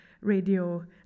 radio